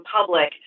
public